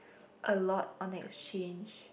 a lot on exchange